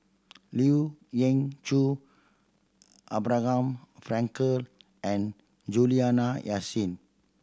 Lien Ying Chow Abraham Frankel and Juliana Yasin